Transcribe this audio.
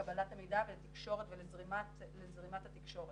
לקבלת המידע ולזרימת התקשורת.